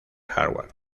hardware